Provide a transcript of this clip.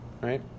right